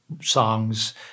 songs